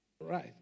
Right